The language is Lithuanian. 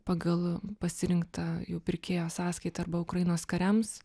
pagal pasirinktą jų pirkėjo sąskaitą arba ukrainos kariams